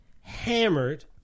hammered